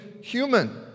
human